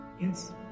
Yes